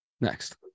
Next